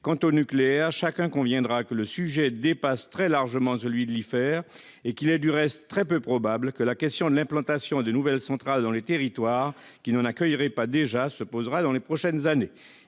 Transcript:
Quant au nucléaire, chacun conviendra que le sujet dépasse très largement celui de l'IFER et qu'il est, du reste, très peu probable que la question de l'implantation de nouvelles centrales dans les territoires qui n'en accueillent pas déjà se pose dans les prochaines années.